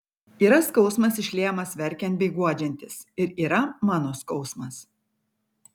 yra skausmas išliejamas verkiant bei guodžiantis ir yra mano skausmas